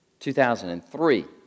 2003